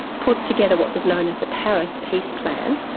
put together what was known as the paris peace plan,